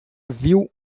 viu